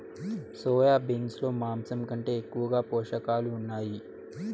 soya beans లో మాంసం కంటే ఎక్కువగా పోషకాలు ఉన్నాయి